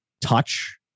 Touch